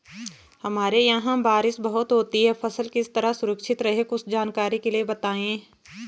हमारे यहाँ बारिश बहुत होती है फसल किस तरह सुरक्षित रहे कुछ जानकारी के लिए बताएँ?